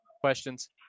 questions